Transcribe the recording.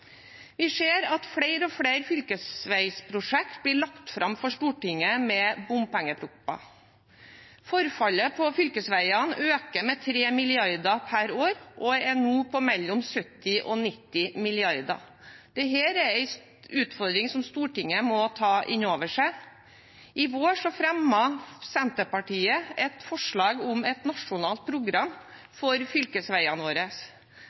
Vi ser at flere og flere fylkesveiprosjekter blir lagt fram for Stortinget i bompengeproposisjoner. Forfallet på fylkesveiene øker med 3 mrd. kr per år og er nå på mellom 70 mrd. kr og 90 mrd. kr. Dette er en utfordring som Stortinget må ta inn over seg. I vår fremmet Senterpartiet et forslag om et nasjonalt program for fylkesveiene våre.